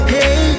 Hey